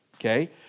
okay